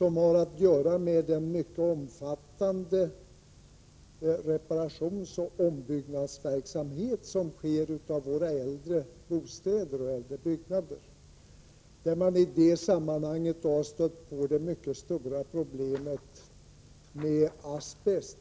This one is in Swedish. Vad jag åsyftar har att göra med den mycket omfattande reparationsoch ombyggnadsverksamhet som förekommer i våra äldre bostäder och byggnader. I det sammanhanget har man stött på det mycket stora problemet med asbest,